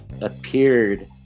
appeared